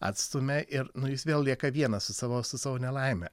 atstumia ir nu jis vėl lieka vienas su savo su savo nelaime